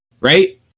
right